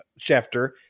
Schefter